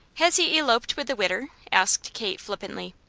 has he eloped with the widder? asked kate flippantly.